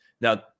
Now